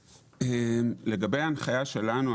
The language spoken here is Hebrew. לגבי ההנחיה שלנו,